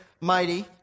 mighty